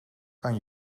kan